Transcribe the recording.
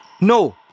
No